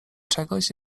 czegoś